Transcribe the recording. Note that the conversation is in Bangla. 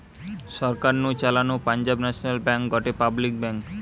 সরকার নু চালানো পাঞ্জাব ন্যাশনাল ব্যাঙ্ক গটে পাবলিক ব্যাঙ্ক